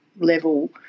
level